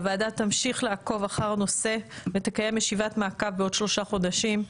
הוועדה תמשיך לעקוב אחר הנושא ותקיים ישיבת מעקב בעוד שלושה חודשים.